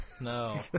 No